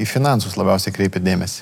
į finansus labiausiai kreipėt dėmesį